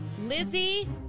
Lizzie